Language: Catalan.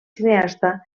cineasta